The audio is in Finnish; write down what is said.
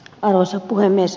arvoisa puhemies